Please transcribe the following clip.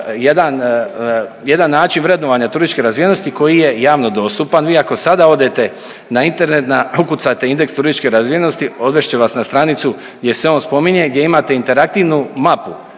način vrednovanja turističke razvijenosti koji je javno dostupan. Vi ako sada odete na internet, ukucate indeks turističke razvijenosti odvest će vas na stranicu gdje se on spominje, gdje imate interaktivnu mapu